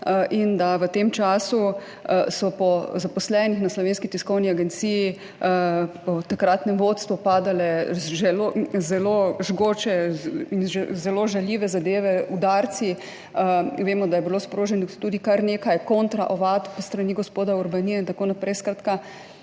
in da so v tem času po zaposlenih na Slovenski tiskovni agenciji, po takratnem vodstvu padale zelo žgoče in zelo žaljive zadeve, udarci. Vemo, da je bilo sproženih tudi kar nekaj kontraovadb s strani gospoda Urbanije in tako naprej. Skratka,